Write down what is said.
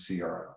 CRO